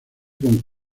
con